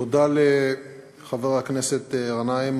תודה לחבר הכנסת גנאים.